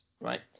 Right